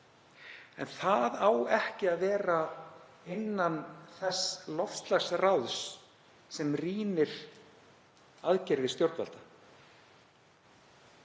En það á ekki að vera innan þess loftslagsráðs sem rýnir aðgerðir stjórnvalda,